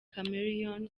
chameleone